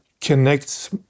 connects